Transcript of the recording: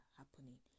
happening